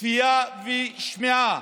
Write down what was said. צפייה ושמיעה,